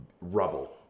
rubble